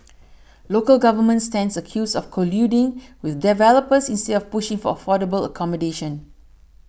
local government stands accused of colluding with developers instead of pushing for affordable accommodation